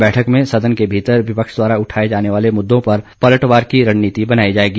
बैठक में सदन के भीतर विपक्ष द्वारा उठाए जाने वाले मुददों पर पलटवार की रणनीति बनाई जाएगी